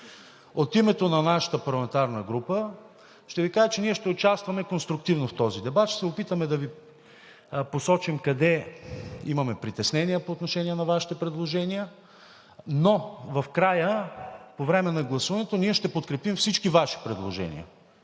от името на нашата парламентарна група ще Ви кажа, че ние ще участваме конструктивно в този дебат, ще се опитаме да Ви посочим къде имаме притеснения по отношение на Вашите предложения, но в края, по време на гласуването, ще подкрепим всички Ваши предложения,